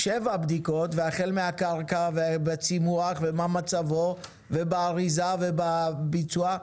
שבע בדיקות והחל מהקרקע והצימוח ומה מצבו של הצימוח ובאריזה ובביצוע,